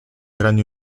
grandi